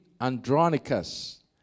Andronicus